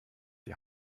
die